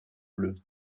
bleu